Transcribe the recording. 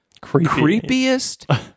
creepiest